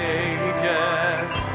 ages